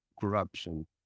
corruption